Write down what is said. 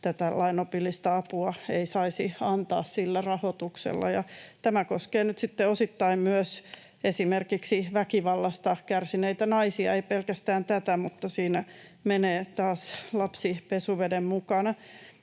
tätä lainopillista apua ei saisi antaa sillä rahoituksella. Tämä koskee nyt sitten osittain myös esimerkiksi väkivallasta kärsineitä naisia, ei pelkästään tätä, mutta siinä menee taas lapsi pesuveden mukana.